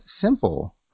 simple